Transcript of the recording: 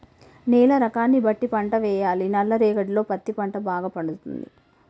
నేల రకాన్ని బట్టి పంట వేయాలి నల్ల రేగడిలో పత్తి పంట భాగ పండుతది